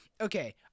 Okay